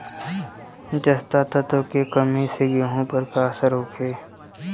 जस्ता तत्व के कमी से गेंहू पर का असर होखे?